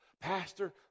Pastor